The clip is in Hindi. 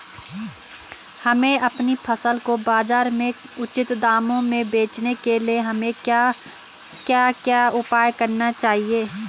हमें अपनी फसल को बाज़ार में उचित दामों में बेचने के लिए हमें क्या क्या उपाय करने चाहिए?